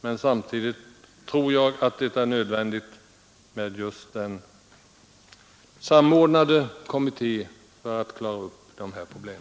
Men samtidigt tror jag att det är nödvändigt med en samordnande kommitté för att klara av dessa problem.